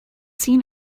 seen